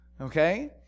okay